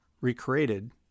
recreated